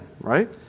right